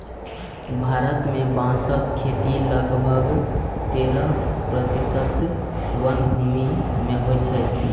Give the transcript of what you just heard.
भारत मे बांसक खेती लगभग तेरह प्रतिशत वनभूमि मे होइ छै